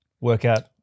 workout